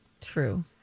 True